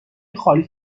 خالیت